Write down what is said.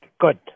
good